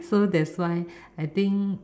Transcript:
so that's why I think